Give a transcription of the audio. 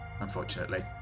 unfortunately